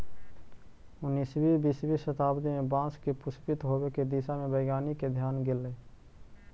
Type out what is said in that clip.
उन्नीसवीं बीसवीं शताब्दी में बाँस के पुष्पित होवे के दिशा में वैज्ञानिक के ध्यान गेलई